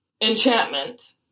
enchantment